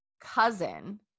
cousin